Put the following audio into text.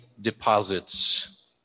deposits